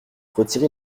retirer